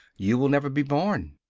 you will never be born!